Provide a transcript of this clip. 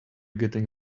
getting